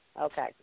Okay